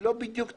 לא בדיוק טעות.